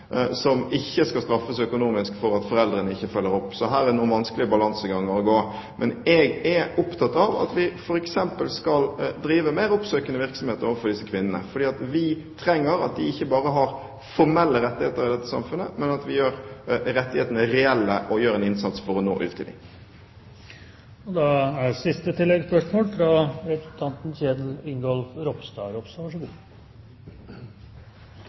som ikke skal straffes økonomisk for at foreldrene ikke følger opp. Her er det noen vanskelige balanseganger å gå. Jeg er opptatt av at vi f.eks. skal drive mer oppsøkende virksomhet overfor disse kvinnene, fordi vi trenger at de ikke bare har formelle rettigheter i dette samfunnet, men at vi gjør rettighetene reelle, og gjør en innsats for å nå ut til dem. Kjell Ingolf Ropstad – til oppfølgingsspørsmål. Først må eg seie at eg er